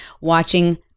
watching